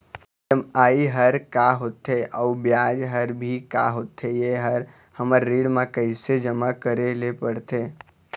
EMI हर का होथे अऊ ब्याज हर भी का होथे ये हर हमर ऋण मा कैसे जमा करे ले पड़ते?